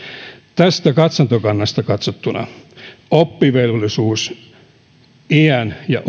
tästä katsantokannasta katsottuna oppivelvollisuusiän ja